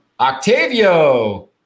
Octavio